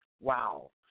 Wow